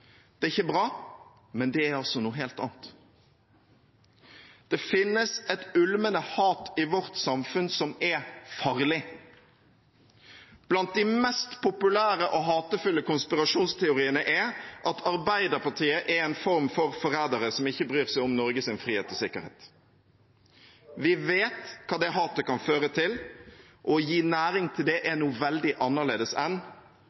det er ikke bra, men det er noe helt annet. Det finnes et ulmende hat i vårt samfunn som er farlig. Blant de mest populære og hatefulle konspirasjonsteoriene er at Arbeiderpartiet er noen slags forrædere som ikke bryr seg om Norges frihet og sikkerhet. Vi vet hva det hatet kan føre til. Å gi næring til det er noe veldig annerledes enn